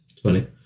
Twenty